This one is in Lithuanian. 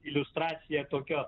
liustracija tokio